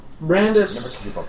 Brandis